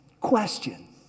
Question